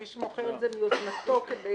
מי שמוכר מיוזמתו כדי